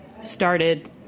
started